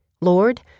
Lord